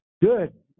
Good